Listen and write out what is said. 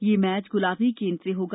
ये मैच गुलाबी गेंद से होगा